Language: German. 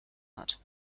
hat